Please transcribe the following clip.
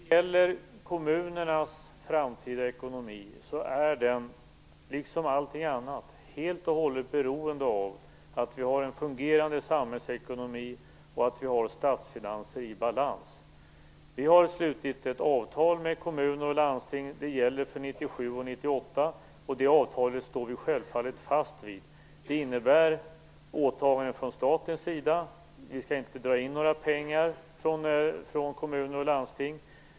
Herr talman! Kommunernas framtida ekonomi är liksom allting annat helt och hållet beroende av att vi har en fungerande samhällsekonomi och att vi har statsfinanser i balans. Vi har slutit ett avtal med kommuner och landsting. Det gäller för 1997 och 1998. Det avtalet står vi självfallet fast vid. Det innebär åtaganden från statens sida. Vi skall inte dra in några pengar från kommuner och landsting.